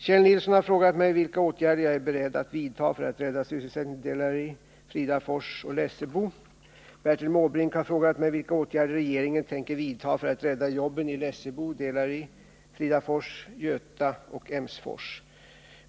Kjell Nilsson har frågat mig vilka åtgärder jag är beredd att vidta för att rädda sys: Bertil Måbrink har frågat mig vilka åtgärder regeringen tänker vidta för att rädda jobben i Lessebo, Delary, Fridafors, Göta och Emsfors.